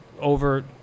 over